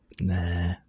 nah